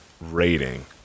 rating